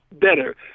better